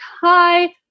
hi